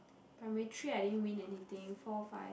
primary three I didn't win anything four five